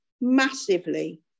massively